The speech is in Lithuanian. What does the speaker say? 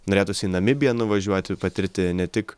norėtųsi į namibiją nuvažiuoti patirti ne tik